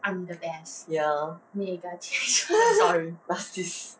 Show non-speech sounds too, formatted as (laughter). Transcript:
ya (laughs) what's this